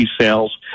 sales